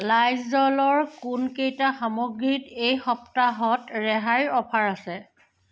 লাইজ'লৰ কোনকেইটা সামগ্ৰীত এই সপ্তাহত ৰেহাইৰ অফাৰ আছে